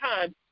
time